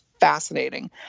fascinating